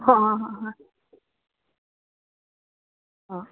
হঁ অঁ অঁ অঁ অঁ